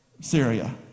Syria